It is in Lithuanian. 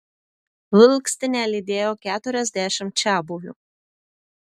vilkstinę lydėjo keturiasdešimt čiabuvių